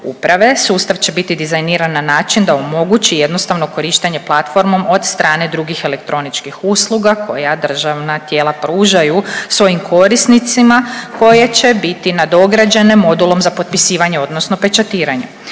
uprave. Sustav će biti dizajniran na način da omogući jednostavno korištenje platformom od strane drugih elektroničkih usluga koja državna tijela pružaju svojim korisnicima koje će biti nadograđene modulom za potpisivanje odnosno pečatiranje.